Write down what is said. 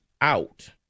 out